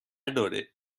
داره